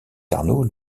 carnot